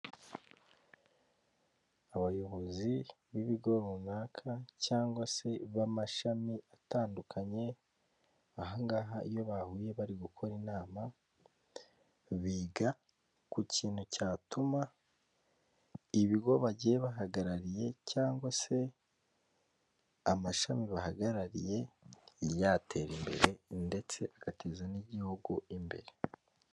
Abayobozi b'ibigo runaka cyangwa se b'amashami atandukanye, ahangaha iyo bahuye bari gukora inama, biga ku kintu cyatuma ibigo bagiye bahagarariye cyangwa se amashami bahagarariye, yatera imbere ndetse agateza n'igihugu imbere.